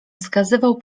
wskazywał